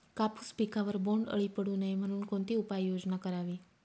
कापूस पिकावर बोंडअळी पडू नये म्हणून कोणती उपाययोजना करावी?